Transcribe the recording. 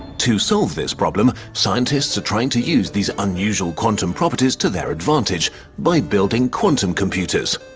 to solve this problem, scientists are trying to use these unusual quantum properties to their advantage by building quantum computers.